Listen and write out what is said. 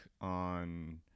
on